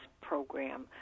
program